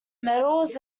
medals